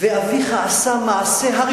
אביך עשה מעשה.